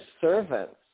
servants